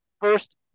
first